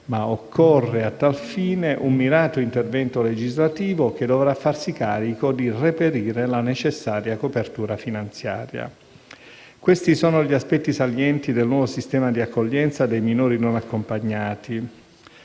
ma occorre a tal fine un mirato intervento legislativo che dovrà farsi carico di reperire la necessaria copertura finanziaria. Questi sono gli aspetti salienti del nuovo sistema di accoglienza dei minori non accompagnati.